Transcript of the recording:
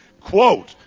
Quote